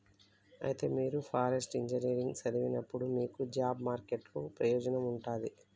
అయితే మీరు forest engineering సదివినప్పుడు మీకు జాబ్ మార్కెట్ లో ప్రయోజనం ఉంటది